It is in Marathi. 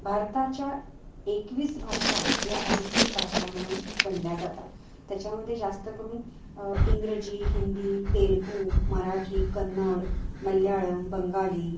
भारताच्या एकवीस भाषा या अधिकृत भाषा म्हणून गणल्या जातात त्याच्यामध्ये जास्तकरून इंग्रजी हिंदी तेलगू मराठी कन्नड मल्याळम बंगाली